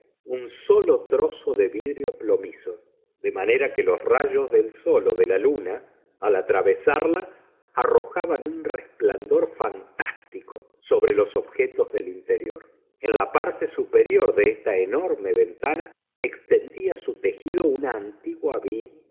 un solo trozo de vidrio plomizo de manera que los rayos del sol o de la luna al atravesarla arrojaban un resplandor fantástico sobre los objetos del interior en la parte superior de esta enorme ventana extendía su tejido una antigua vid